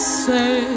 say